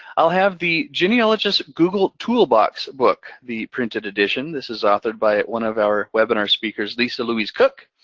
i'll have the genealogist google toolbox book, the printed edition. this is authored by one of our webinar speakers, lisa louise cooke.